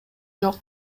жок